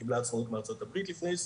קיבלה עצמאות מארה"ב לפני עשרים,